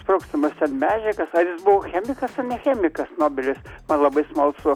sprogstamas ten medžiagas ar jis buvo chemikas ar ne chemikas nobelis man labai smalsu